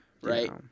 right